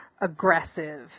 aggressive